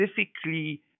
specifically